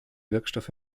wirkstoff